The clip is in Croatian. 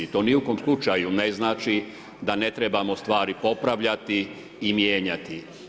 To ni u kom slučaju ne znači da ne trebamo stvari popravljati i mijenjati.